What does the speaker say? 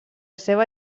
seva